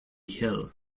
hill